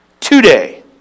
Today